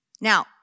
Now